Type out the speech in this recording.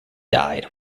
died